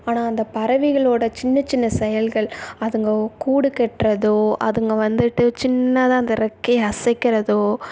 ஆனால் அந்த பறவைகளோட சின்ன சின்ன செயல்கள் அதுங்க கூடு கட்டுறதோ அதுங்கள் வந்துட்டு சின்னதாக அந்த இறெக்கைய அசைக்கிறதோ